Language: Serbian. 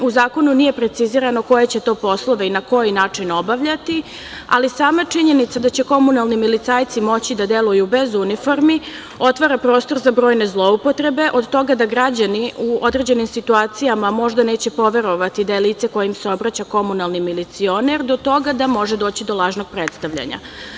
U zakonu nije precizirano koje će to poslove i na koji način obavljati, ali sama činjenica da će komunalni milicajci moći da deluju bez uniformi, otvara prostor za brojne zloupotrebe, od toga da građani u određenim situacijama, možda neće poverovati da je lice koje im se obraća, komunalni milicioner, do toga da može doći do lažnog predstavljanja.